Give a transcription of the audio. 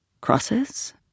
Crosses